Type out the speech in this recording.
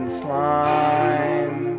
slime